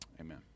Amen